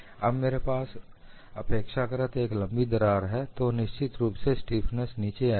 अब मेरे पास अपेक्षाकृत एक लंबी दरार है तो निश्चित रूप से स्टीफनेस नीचे आएगी